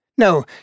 No